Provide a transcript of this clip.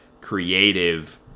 creative